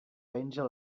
penja